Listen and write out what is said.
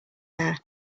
hair